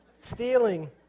stealing